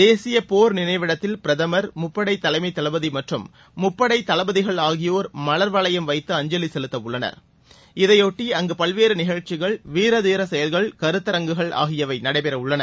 தேசிய போர் நினைவிடத்தில் பிரதமர் முப்படை தலைமை தளபதி மற்றும் முப்படை தளபதிகள் ஆகியோர் மலர்வளையம் வைத்து அஞ்சலி செலுத்தவுள்ளனர் இதையொட்டி அங்கு பல்வேறு நிகழ்ச்சிகள் வீர தீர செயல்கள் கருத்தரங்குகள் ஆகியவை நடைபெறவுள்ளன